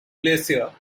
glacier